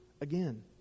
again